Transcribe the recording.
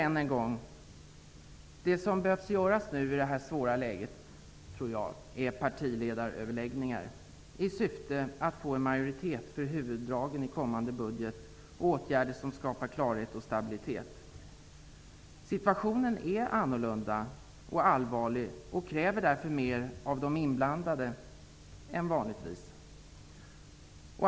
Än en gång: Det som behövs i det här svåra läget är, tror jag, partiledaröverläggningar i syfte att få en majoritet för huvuddragen i kommande budget och för åtgärder som skapar klarhet och stabilitet. Situationen är annorlunda och allvarlig och kräver därför mer av de inblandade än vanligtvis.